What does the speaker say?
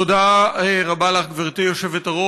תודה רבה לך, גברתי היושבת-ראש.